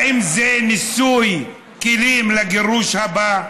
האם זה ניסוי כלים לגירוש הבא?